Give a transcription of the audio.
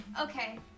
Okay